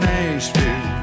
Nashville